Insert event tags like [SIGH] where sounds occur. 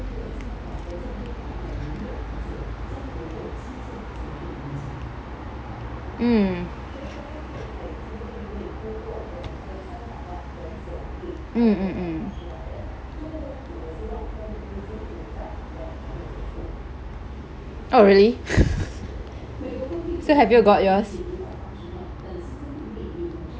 [NOISE] mm mm mm mm oh really [LAUGHS] so have you got yours